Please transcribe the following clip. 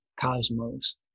cosmos